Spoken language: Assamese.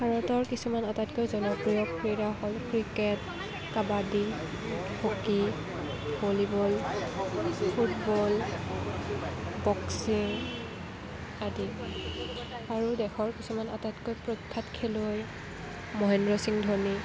ভাৰতৰ কিছুমান আটাইতকৈ জনপ্ৰিয় ক্ৰীড়া হ'ল cricket kabaddi hockey volleyball football boxing আদি আৰু দেশৰ কিছুমান আটাইতকৈ প্ৰখ্যাত খেলুৱৈ মহেন্দ্ৰ সিং ধোনী